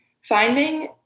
Finding